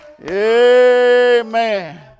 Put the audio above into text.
Amen